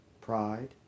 Pride